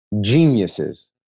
geniuses